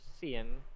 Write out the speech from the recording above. seeing